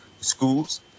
schools